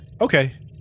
Okay